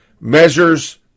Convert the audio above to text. measures